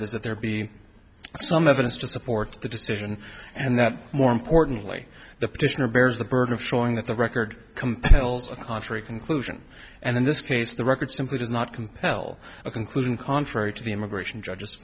is that there be some evidence to support the decision and that more importantly the petitioner bears the burden of showing that the record compels a contrary conclusion and in this case the record simply does not compel a conclusion contrary to the immigration judge